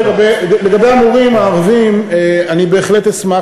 לגבי המורים הערבים: אני בהחלט אשמח